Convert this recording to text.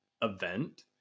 event